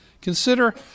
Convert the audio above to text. Consider